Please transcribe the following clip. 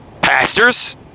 Pastors